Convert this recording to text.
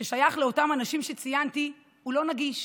ששייך לאותם אנשים שציינתי הוא לא נגיש.